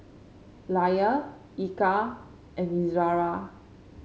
Elya Eka and Izzara